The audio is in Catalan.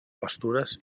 pastures